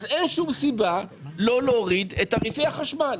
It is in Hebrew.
אין שום סיבה לא להוריד את תעריפי החשמל.